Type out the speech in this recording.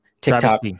TikTok